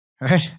right